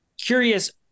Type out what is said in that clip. curious